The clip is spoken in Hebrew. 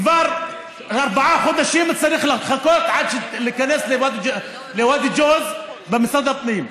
כבר ארבעה חודשים צריך לחכות להיכנס לוואדי ג'וז במשרד הפנים.